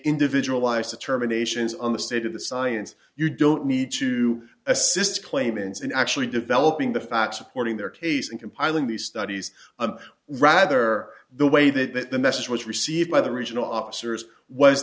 individualized to terminations on the state of the science you don't need to assist claimants in actually developing the facts supporting their case in compiling the studies rather the way that the message was received by the regional officers was